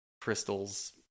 Crystal's